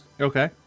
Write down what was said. Okay